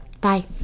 bye